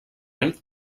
any